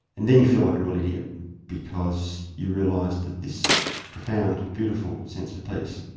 and then you feel like a real idiot because you realised that this profound beautiful sense of peace,